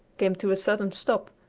came to a sudden stop,